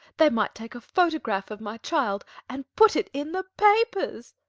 they might take a photograph of my child and put it in the papers!